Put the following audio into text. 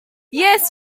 yes